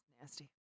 nasty